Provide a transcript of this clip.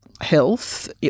health